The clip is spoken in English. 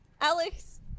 Alex